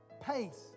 pace